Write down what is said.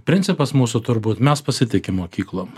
principas mūsų turbūt mes pasitikim mokyklom